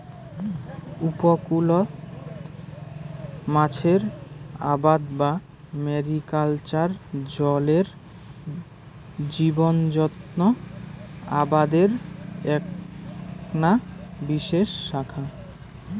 উপকূলত মাছের আবাদ বা ম্যারিকালচার জলের জীবজন্ত আবাদের এ্যাকনা বিশেষ শাখা